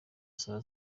saba